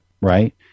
right